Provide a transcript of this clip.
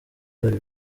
bari